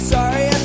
Sorry